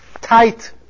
tight